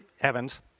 Evans